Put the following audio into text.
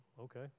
Okay